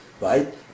Right